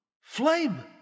Flame